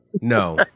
no